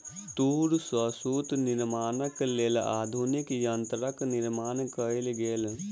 तूर सॅ सूत निर्माणक लेल आधुनिक यंत्रक निर्माण कयल गेल